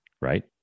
right